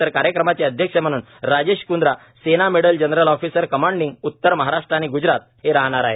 तर कार्यक्रमाचे अध्यक्ष म्हणून राजेश कृंद्रा सेना मेडल जनरल ऑफिसर कमांडिंग उत्तर महाराष्ट्र आणि ग्जरात राहणार आहेत